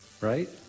right